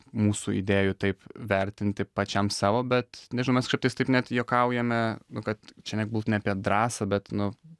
mūsų idėjų taip vertinti pačiam savo bet nežinau mes kažkaip tais taip net juokaujame kad čia nebūt ne apie drąsą bet nu